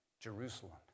Jerusalem